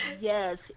Yes